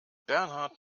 bernhard